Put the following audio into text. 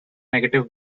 negative